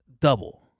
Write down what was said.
double